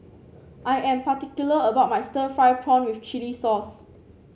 I am particular about my Stir Fried Prawn with Chili Sauce